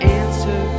answer